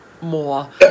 more